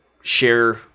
share